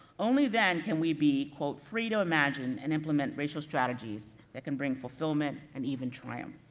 only then can we be, quote, free to imagine and implement racial strategies that can bring fulfillment, and even triumph,